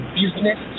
business